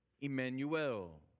Emmanuel